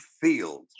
Field